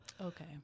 Okay